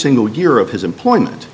single year of his employment